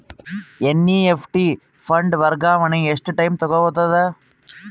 NEFT fund ವರ್ಗಾವಣೆ ಎಷ್ಟ time ತೋಗೊತದ?